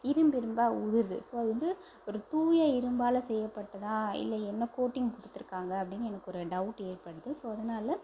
இரும்பு இரும்பாக உதிருது ஸோ அது வந்து ஒரு தூய இரும்பால் செய்யப்பட்டதா இல்லை என்ன கோட்டிங் கொடுத்துருக்காங்க அப்படின்னு எனக்கு ஒரு டௌட் ஏற்படுது ஸோ அதனால